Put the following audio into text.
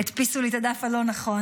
הדפיסו לי את הדף הלא-נכון.